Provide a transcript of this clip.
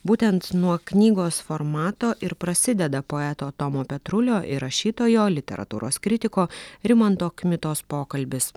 būtent nuo knygos formato ir prasideda poeto tomo petrulio ir rašytojo literatūros kritiko rimanto kmitos pokalbis